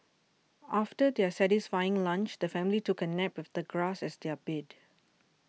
after their satisfying lunch the family took a nap with the grass as their bed